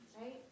right